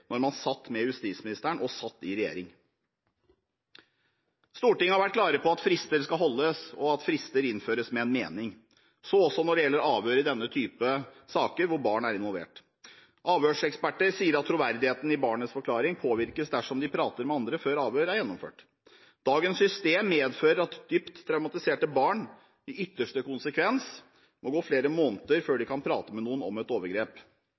når det gjelder avhør i denne type saker hvor barn er involvert. Avhørseksperter sier at troverdigheten i barnets forklaring påvirkes dersom de prater med andre før avhør er gjennomført. Dagens system medfører at dypt traumatiserte barn i ytterste konsekvens må gå flere måneder før de kan prate med noen om et overgrep.